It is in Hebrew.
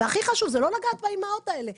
הכי חשוב זה לא לגעת באימהות האלה.